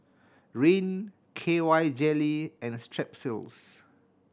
Rene K Y Jelly and Strepsils